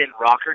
rocker